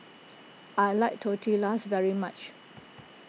I like Tortillas very much